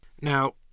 Now